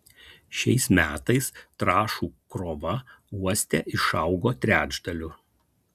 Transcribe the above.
šiais metais trąšų krova uoste išaugo trečdaliu